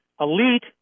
elite